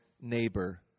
neighbor